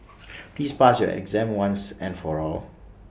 please pass your exam once and for all